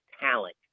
talent